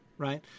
right